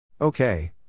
Okay